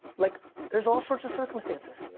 like there's all sorts of circumstances.